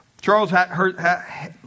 Charles